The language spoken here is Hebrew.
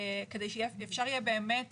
כדי שאפשר יהיה באמת